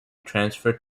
transferred